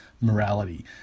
morality